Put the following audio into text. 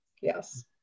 Yes